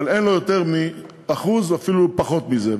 אבל אין לו יותר מ-1%, או אפילו פחות מזה.